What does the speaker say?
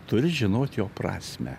turi žinot jo prasmę